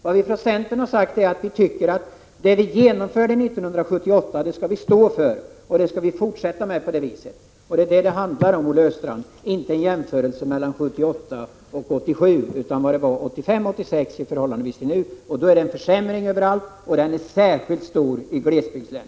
Vi från centern har sagt att vi tycker att man skall stå fast vid det som gjordes 1978. Det är inte en jämförelse mellan 1978 och 1987 det handlar om, Olle Östrand, utan 1985/86 i förhållande till nu. Då är det en försämring överallt, och den är särskilt stor i glesbygdslänen.